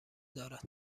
دارد